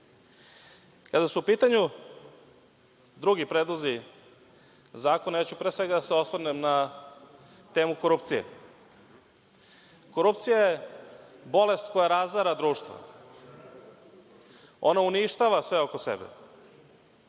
su u pitanju drugi predlozi zakoni, pre svega ću da se osvrnem na temu korupcije. Korupcija je bolest koja razara društvo. Ono uništava sve oko sebe.